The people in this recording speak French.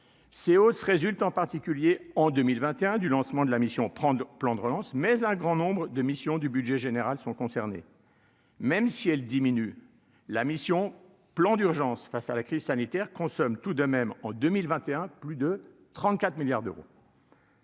c'est hausse résulte en particulier en 2021 du lancement de la mission 32 plan de relance, mais un grand nombre de missions du budget général sont concernés. Même si elle diminue la mission plan d'urgence face à la crise sanitaire consomme tout de même en 2021 plus de 34 milliards d'euros.